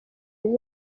yari